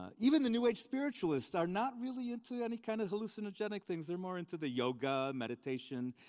ah even the new age spiritualists are not really into any kind of hallucinogenic things. they're more into the yoga, meditation,